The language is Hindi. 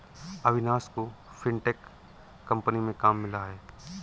अविनाश को फिनटेक कंपनी में काम मिला है